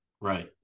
right